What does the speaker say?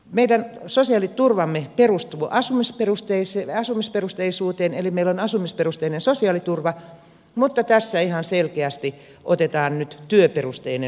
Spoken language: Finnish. meidän sosiaaliturvamme perustuu asumisperusteisuuteen eli meillä on asumisperusteinen sosiaaliturva mutta tässä ihan selkeästi otetaan nyt työperusteinen sosiaaliturva käyttöön